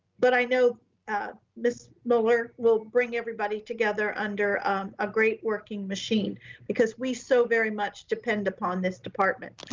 but i know ah ms. muller will bring everybody together under um a great working machine because we so very much depend upon this department.